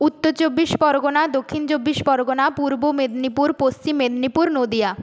উত্তর চব্বিশ পরগনা দক্ষিণ চব্বিশ পরগনা পূর্ব মেদিনীপুর পশ্চিম মেদিনীপুর নদীয়া